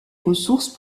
ressources